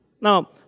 Now